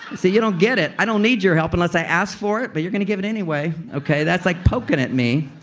see you don't get it. i don't need your help unless i ask for it, but you're gonna give it anyway. that's like poking at me.